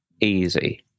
easy